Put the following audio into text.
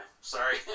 Sorry